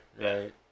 right